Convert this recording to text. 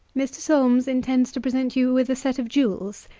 mr. solmes intends to present you with a set of jewels.